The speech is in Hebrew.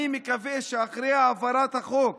אני מקווה שאחרי העברת החוק,